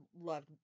loved